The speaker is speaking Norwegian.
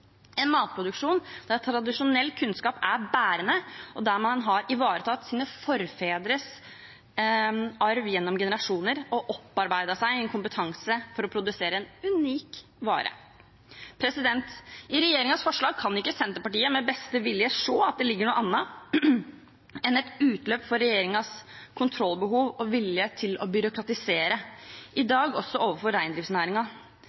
en matproduksjon der tradisjonell kunnskap er bærende, og der man har ivaretatt sine forfedres arv gjennom generasjoner og opparbeidet seg en kompetanse for å produsere en unik vare. I regjeringens forslag kan ikke Senterpartiet med sin beste vilje se at det ligger noe annet enn et utløp for regjeringens kontrollbehov og vilje til å byråkratisere, i